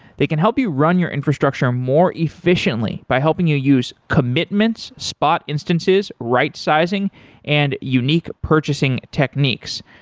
they can help you run your infrastructure more efficiently by helping you use commitments, spot instances, rightsizing and unique purchasing techniques.